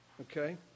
Okay